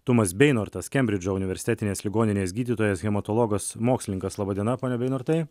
tumas beinortas kembridžo universitetinės ligoninės gydytojas hematologas mokslininkas laba diena pone beinortai